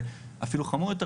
אפילו חמור יותר,